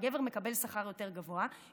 כשהגבר מקבל שכר יותר גבוה,